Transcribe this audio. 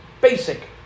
basic